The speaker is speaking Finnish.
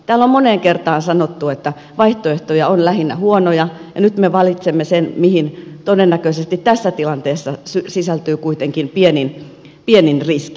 täällä on moneen kertaan sanottu että vaihtoehtoja on lähinnä huonoja ja nyt me valitsemme sen mihin todennäköisesti tässä tilanteessa sisältyy kuitenkin pienin riski